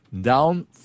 down